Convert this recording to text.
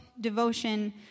devotion